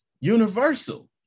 universal